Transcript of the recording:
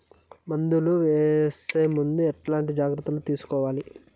మందులు వేసే ముందు ఎట్లాంటి జాగ్రత్తలు తీసుకోవాలి?